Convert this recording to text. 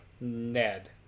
Ned